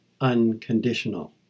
unconditional